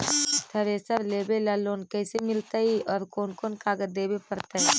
Thresher लेबे ल loan कैसे मिलतइ और कोन कोन कागज देबे पड़तै?